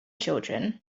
children